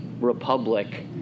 Republic